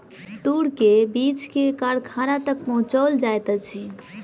तूर के बीछ के कारखाना तक पहुचौल जाइत अछि